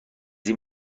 این